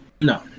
No